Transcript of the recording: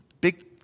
big